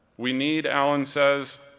we need, allen says,